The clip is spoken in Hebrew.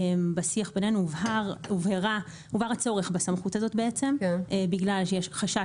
בשיח בינינו הובהר הצורך בסמכות הזאת בגלל שיש חשש